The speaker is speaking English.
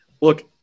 look